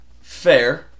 Fair